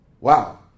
wow